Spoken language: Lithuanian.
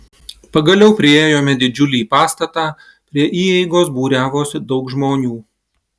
pagaliau priėjome didžiulį pastatą prie įeigos būriavosi daug žmonių